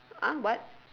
ah what